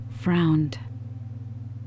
frowned